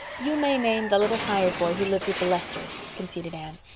you may name the little hired boy who lived with the lesters, conceded anne.